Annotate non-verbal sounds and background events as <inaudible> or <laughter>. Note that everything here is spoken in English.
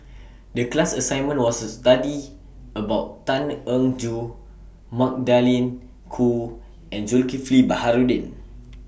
<noise> The class assignment was to study about Tan Eng Joo Magdalene Khoo and Zulkifli Baharudin